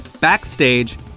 backstage